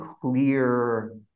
clear